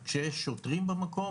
תוך כדי הקמפיינים של הבחירות.